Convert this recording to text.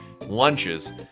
lunches